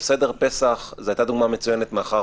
סדר פסח זו הייתה דוגמה מצוינת מאחר